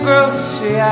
Grocery